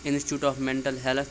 institute of mental health